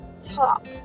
talk